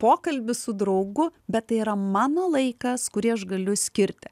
pokalbis su draugu bet tai yra mano laikas kurį aš galiu skirti